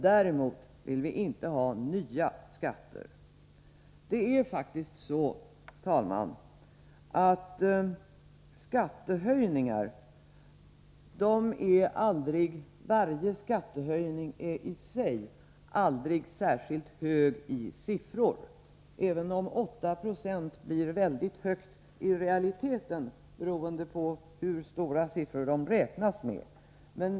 Däremot vill vi i folkpartiet inte ha nya skatter. Varje skattehöjning i sig, herr talman, är aldrig särskilt hög i siffror — även om 8 Yo i realiteten kan bli väldigt mycket beroende på hur stora siffror som man räknar med.